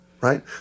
right